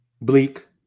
bleak